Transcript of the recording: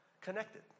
connected